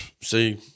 See